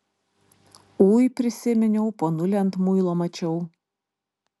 ui prisiminiau ponulį ant muilo mačiau